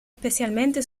especialmente